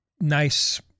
nice